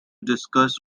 discuss